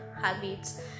habits